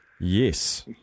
Yes